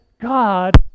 God